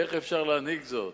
איך אפשר להנהיג זאת?